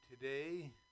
today